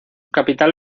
capital